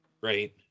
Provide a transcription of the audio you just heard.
Right